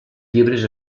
llibres